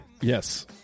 Yes